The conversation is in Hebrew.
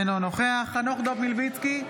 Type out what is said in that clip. אינו נוכח חנוך דב מלביצקי,